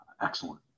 excellent